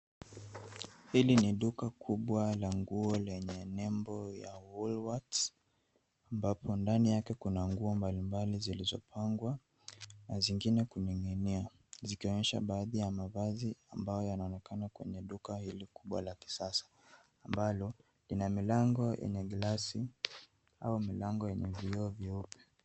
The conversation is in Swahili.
Hili ni duka kubwa la nguo lenye nembo ya Woolworths ambapo ndani yake kuna nguo mbalimbali zilizopangwa na zingine kuning'inia zikionyesha baadhi ya mavazi amayo yanaonekana kwenye duka hili kubwa la kisasa ambalo lina milango yenye glasi au milango yenye vioo vyeupe.